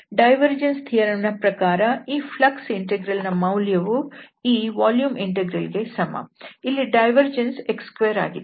divergence theorem ನ ಪ್ರಕಾರ ಈ ಫ್ಲಕ್ಸ್ ಇಂಟೆಗ್ರಲ್ ನ ಮೌಲ್ಯವು ಈ ವಾಲ್ಯೂಮ್ ಇಂಟೆಗ್ರಲ್ ಗೆ ಸಮ ಇಲ್ಲಿ ಡೈವರ್ಜೆನ್ಸ್ x2 ಆಗಿದೆ